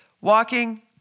Walking